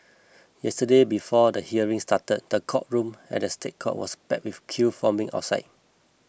yesterday before the hearing started the courtroom at the State Courts was packed with a queue forming outside